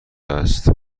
است